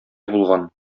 булган